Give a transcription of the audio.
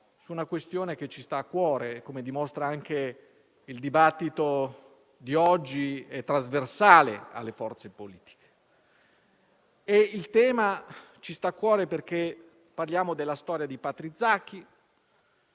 su una questione che ci sta a cuore e che - come dimostra anche il dibattito di oggi - è trasversale alle forze politiche. Il tema ci sta cuore perché parliamo della storia di Patrick